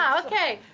um okay.